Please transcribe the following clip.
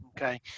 Okay